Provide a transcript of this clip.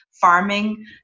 farming